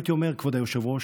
הייתי אומר, כבוד היושב-ראש,